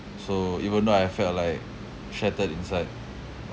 so even though I felt like shattered inside